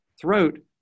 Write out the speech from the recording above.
throat